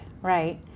Right